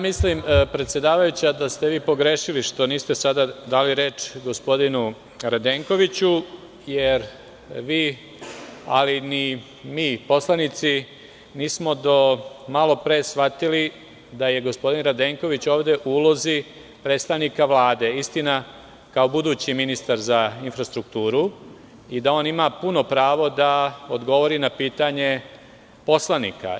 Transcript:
Predsedavajuća mislim da ste pogrešili što niste sada dali reč gospodinu Radenkoviću, jer vi, ali ni mi poslanici nismo do malopre shvatili da je gospodin Radenković ovde u ulozi predstavnika Vlade, istina, kao budući ministar za infrastrukturu i da on ima puno pravo da odgovori na pitanje poslanika.